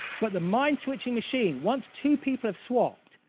but the mind-switching machine, once two people have swapped,